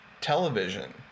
television